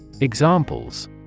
Examples